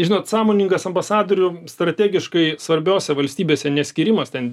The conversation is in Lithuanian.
žinot sąmoningas ambasadorių strategiškai svarbiose valstybėse neskyrimas ten